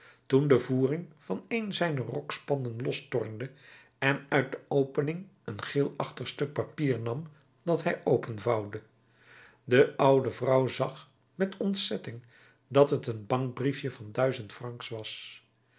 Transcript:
toen de voering van een zijner rokspanden lostornde en uit de opening een geelachtig stuk papier nam dat hij openvouwde de oude vrouw zag met ontzetting dat t een bankbriefje van duizend francs was